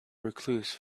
recluse